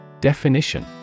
Definition